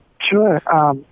Sure